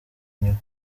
nyuma